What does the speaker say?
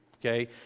okay